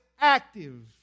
active